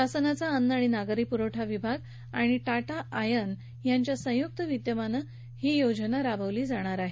शासनाचा अन्न आणि नागरी प्रवठा विभाग आणि टाटा आयर्न यांच्या संयुक्त विद्यमाने ही योजना राबवली जाणार आहे